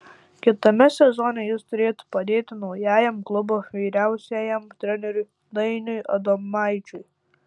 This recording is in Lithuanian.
kitame sezone jis turėtų padėti naujajam klubo vyriausiajam treneriui dainiui adomaičiui